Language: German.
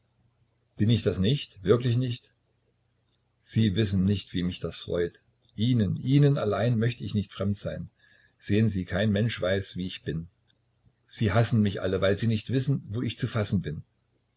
bin ich das nicht wirklich nicht sie wissen nicht wie mich das freut ihnen ihnen allein möcht ich nicht fremd sein sehen sie kein mensch weiß wie ich bin sie hassen mich alle weil sie nicht wissen wo ich zu fassen bin